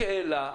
השאלה,